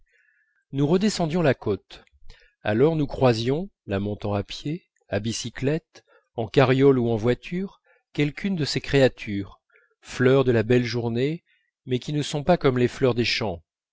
nous redescendions la côte alors nous croisions la montant à pied à bicyclette en carriole ou en voiture quelqu'une de ces créatures fleurs de la belle journée mais qui ne sont pas comme les fleurs des champs